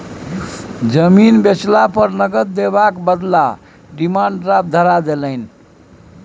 जमीन बेचला पर नगद देबाक बदला डिमांड ड्राफ्ट धरा देलनि